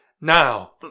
now